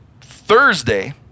Thursday